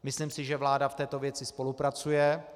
Myslím si, že vláda v této věci spolupracuje.